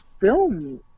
film